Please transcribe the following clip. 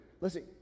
listen